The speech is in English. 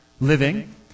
Living